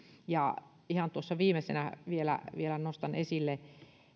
ihan tässä viimeisenä vielä vielä nostan esille että